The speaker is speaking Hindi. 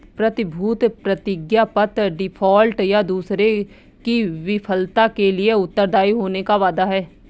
प्रतिभूति प्रतिज्ञापत्र डिफ़ॉल्ट, या दूसरे की विफलता के लिए उत्तरदायी होने का वादा है